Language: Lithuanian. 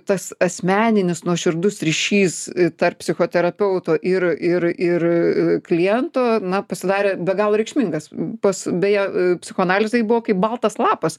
tas asmeninis nuoširdus ryšys tarp psichoterapeuto ir ir ir kliento na pasidarė be galo reikšmingas pas beje psichoanalizėj buvo kaip baltas lapas